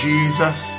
Jesus